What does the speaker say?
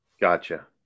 Gotcha